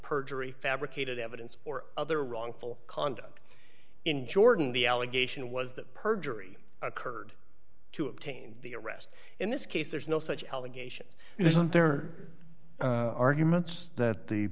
perjury fabricated evidence or other wrongful conduct in jordan the allegation was that perjury occurred to obtain the arrest in this case there's no such allegations it isn't there are arguments that the